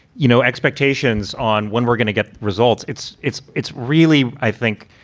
you know, expectations on when we're going to get results. it's it's it's really, i think,